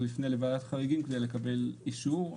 הוא יפנה לוועדת חריגים כדי לקבל אישור,